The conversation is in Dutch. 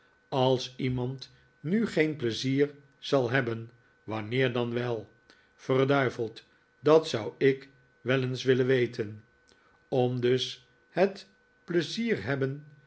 als iemand nu geen pleizier zal hebben wanneer dan wel verduiveld dat zou ik wel eens willen weten om dus het pleizierhebben